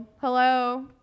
Hello